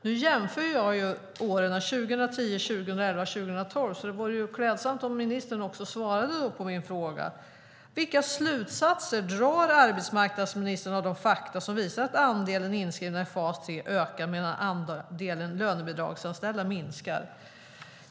Jag jämför åren 2010, 2011 och 2012, så det vore klädsamt om ministern svarade på min fråga: Vilka slutsatser drar arbetsmarknadsministern av de fakta som visar att andelen inskrivna i fas 3 ökar medan andelen lönebidragsanställda minskar?